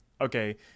okay